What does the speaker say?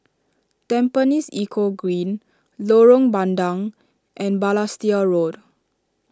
Tampines Eco Green Lorong Bandang and Balestier Road